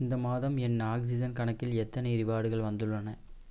இந்த மாதம் என் ஆக்ஸிஜன் கணக்கில் எத்தனை ரிவார்டுகள் வந்துள்ளன